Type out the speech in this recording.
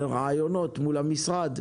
לרעיונות מול המשרד,